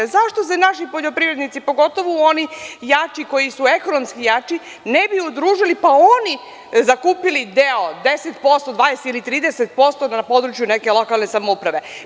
Zašto se naši poljoprivrednici, pogotovo oni jači, koji su ekonomski jači, ne bi udružili, pa oni zakupili deo, 10%, 20% ili 30% na području neke lokalne samouprave.